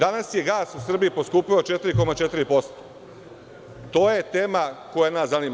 Danas je gas u Srbiji poskupeo 4,4% i to je tema koja nas zanima.